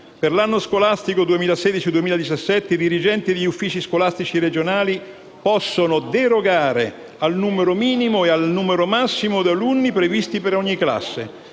per l'anno scolastico 2016/2017 i dirigenti degli uffici scolastici regionali possono derogare al numero minimo e massimo di alunni previsti per classe,